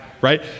right